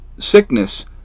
sickness